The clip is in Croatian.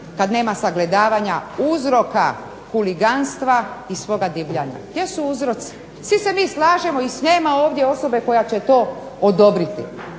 kad nema sagledavanja uzroka huliganstva i svoga divljanja. Gdje su uzroci? Svi se mi slažemo i nema ovdje osobe koja će to odobriti,